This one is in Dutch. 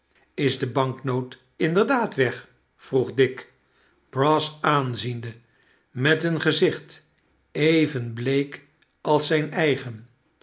is de banknoot inderdaad weg vroeg dick brass aanziende met een gezicht even bleek als zijn eigen